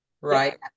right